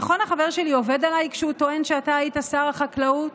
נכון החבר שלי עובד עליי כשהוא טוען שאתה היית שר החקלאות?